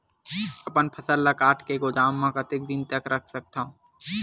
अपन फसल ल काट के गोदाम म कतेक दिन तक रख सकथव?